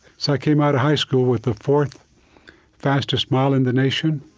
so i came out of high school with the fourth fastest mile in the nation,